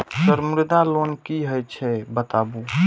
Sir Mudra loan की हे छे बताबू?